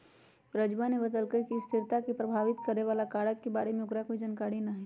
राजूवा ने बतल कई कि स्थिरता के प्रभावित करे वाला कारक के बारे में ओकरा कोई जानकारी ना हई